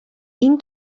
این